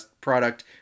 product